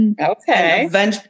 okay